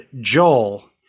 joel